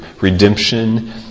Redemption